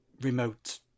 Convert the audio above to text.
remote